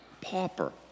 pauper